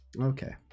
Okay